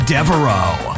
Devereaux